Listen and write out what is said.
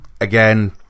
Again